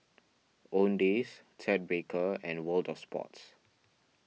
Owndays Ted Baker and World of Sports